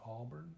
Auburn